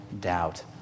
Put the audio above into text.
doubt